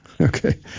Okay